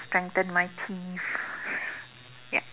strengthen my teeth ya